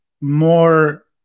more